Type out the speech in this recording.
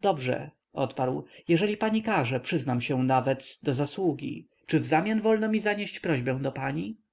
dobrze odparł jeżeli pani każe przyznam się nawet do zasługi czy wzamian wolno mi zanieść prośbę do pani